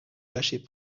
lâcher